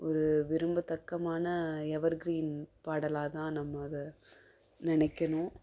ஒரு விரும்பத்தக்கமான evergreen பாடலாகதான் நம்ம அதை நினைக்கணும்